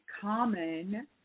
common